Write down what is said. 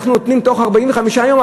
אנחנו נותנים בתוך 45 יום,